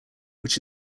which